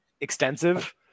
extensive